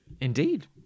Indeed